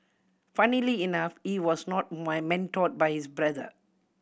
funnily enough he was not mentored by his brother